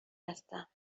هستم